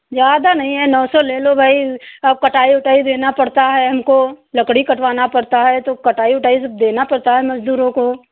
ज्यादा नहीं है नौ सौ ले लो भाई अब कटाई वटाई देना पड़ता है हमको लकड़ी कटवाना पड़ता है है तो कटाई वटाई देना पड़ता है मजदूरो को